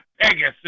Pegasus